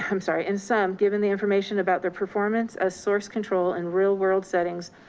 i'm sorry, in sum, given the information about their performance as source control and real world settings,